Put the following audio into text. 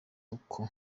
uko